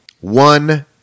One